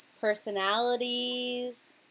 personalities